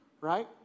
right